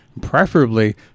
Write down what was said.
preferably